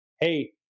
hey